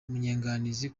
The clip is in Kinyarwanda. munyanganizi